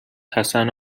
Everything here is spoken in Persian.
حسن